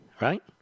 right